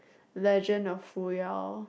Legend of Fuyao